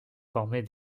former